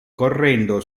correndo